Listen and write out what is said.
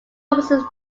opposite